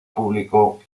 público